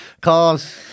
cause